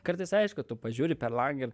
kartais aišku tu pažiūri per langą ir